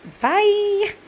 bye